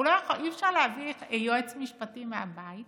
אי-אפשר להביא יועץ משפטי מהבית